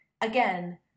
again